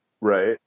Right